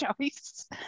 choice